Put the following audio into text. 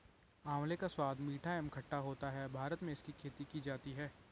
आंवले का स्वाद मीठा एवं खट्टा होता है भारत में इसकी खेती की जाती है